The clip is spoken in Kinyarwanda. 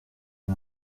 ari